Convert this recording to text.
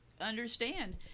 understand